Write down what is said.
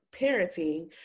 parenting